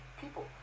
people